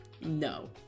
No